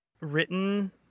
written